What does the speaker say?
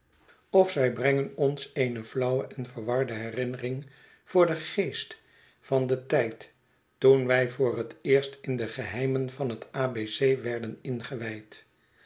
of zij brengen ons eene flauwe en verwarde herinnering voor den geest van den tijd toen wij voor het eerst in de geheimen van het abc werden ingewijd